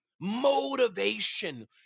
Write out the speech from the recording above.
motivation